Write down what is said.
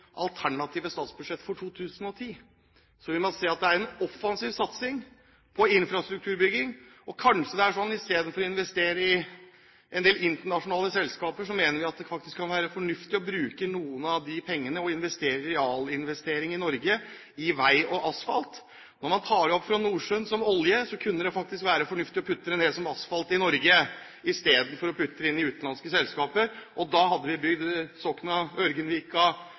vil man se at istedenfor å investere i en del internasjonale selskaper, mener vi at det faktisk kan være fornuftig å bruke noen av de pengene og foreta en realinvestering i Norge i vei og asfalt. Når man tar opp olje fra Nordsjøen, kunne det faktisk være fornuftig å bruke den til asfalt i Norge, istedenfor å investere i utenlandske selskaper. Da hadde vi bygd